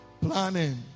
Planning